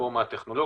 ברחבי העולם,